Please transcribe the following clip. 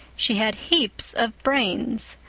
she had heaps of brains.